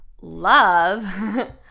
love